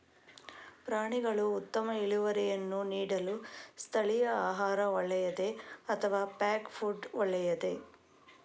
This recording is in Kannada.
ಪ್ರಾಣಿಗಳು ಉತ್ತಮ ಇಳುವರಿಯನ್ನು ನೀಡಲು ಸ್ಥಳೀಯ ಆಹಾರ ಒಳ್ಳೆಯದೇ ಅಥವಾ ಪ್ಯಾಕ್ ಫುಡ್ ಒಳ್ಳೆಯದೇ?